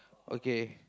okay